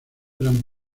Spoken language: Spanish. eran